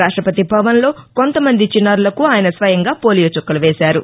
రాష్ట్రపతి భవన్లో కొంతమంది చిన్నారులకు ఆయన స్వయంగా పోలియో చుక్కలు వేశారు